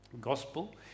gospel